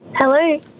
Hello